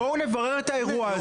בואו נברר את האירוע הזה.